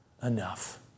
enough